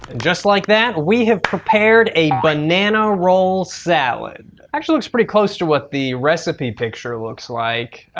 and just like that, we have prepared a banana-roll salad. actually looks pretty close to what the recipe picture looks like,